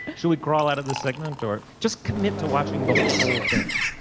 actually crawl out of the segment or just commit to watching the whole thing